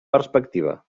perspectiva